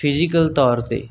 physical ਤੌਰ 'ਤੇ